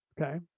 Okay